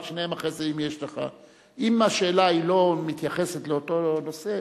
אם השאלה לא מתייחסת לאותו נושא,